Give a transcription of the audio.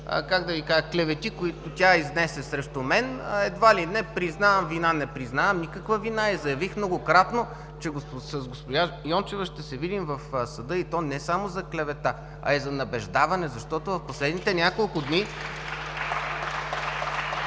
как да Ви кажа, клевети, които тя изнесе срещу мен, едва ли не признавам вина. Не признавам никаква вина. Заявих многократно, че с госпожа Йончева ще се видим в съда, и то не само за клевета, а и за набеждаване (ръкопляскания от ГЕРБ), защото в последните няколко дни тя